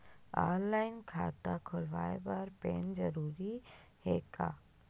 Online खाता खुलवाय बर पैन जरूरी हे का?